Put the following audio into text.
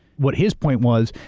what his point was,